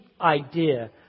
idea